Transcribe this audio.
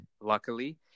luckily